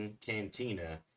cantina